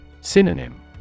Synonym